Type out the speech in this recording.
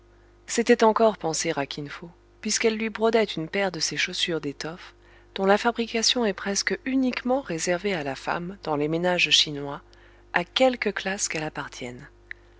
c'était encore penser à kin fo puisqu'elle lui brodait une paire de ces chaussures d'étoffe dont la fabrication est presque uniquement réservée à la femme dans les ménages chinois à quelque classe qu'elle appartienne